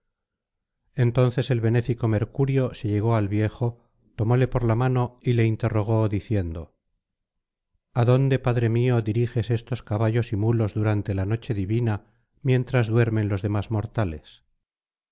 entonces el benéfico mercurio se llegó al viejo tomóle por la mano y le interrogó diciendo adónde padre mío diriges estos caballos y mulos durante la noche divina mientras duermen los demás mortales